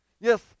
yes